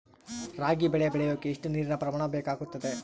ರಾಗಿ ಬೆಳೆ ಬೆಳೆಯೋಕೆ ಎಷ್ಟು ನೇರಿನ ಪ್ರಮಾಣ ಬೇಕಾಗುತ್ತದೆ?